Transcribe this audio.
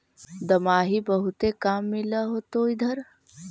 दमाहि बहुते काम मिल होतो इधर?